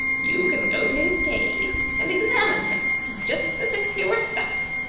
you can go to his cave and examine him just as if he were stuffed,